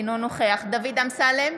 אינו נוכח דוד אמסלם,